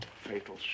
fatal